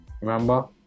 Remember